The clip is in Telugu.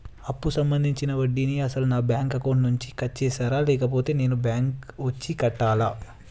అప్పు సంబంధించిన వడ్డీని అసలు నా బ్యాంక్ అకౌంట్ నుంచి కట్ చేస్తారా లేకపోతే నేను బ్యాంకు వచ్చి కట్టాలా?